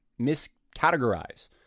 miscategorize